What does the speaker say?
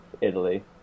Italy